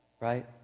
right